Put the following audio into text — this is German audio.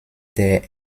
der